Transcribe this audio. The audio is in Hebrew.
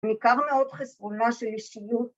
‫ניכר מאוד חסרונה של אישיות.